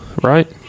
right